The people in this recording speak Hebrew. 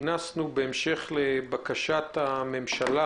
אנחנו בדיון שכינסנו בהמשך לבקשת הממשלה